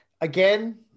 again